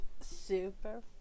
super